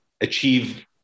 achieve